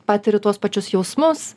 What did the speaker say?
patiri tuos pačius jausmus